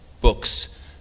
books